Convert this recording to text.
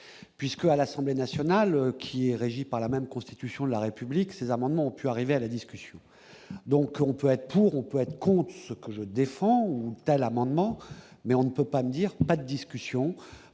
puisque, à l'Assemblée nationale qui est régi par la même constitution de la République, ces amendements ont pu arriver à la discussion, donc on peut être pour on peut être content, ce que je défends ou tels amendements mais on ne peut pas dire à discussion